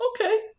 Okay